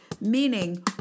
Meaning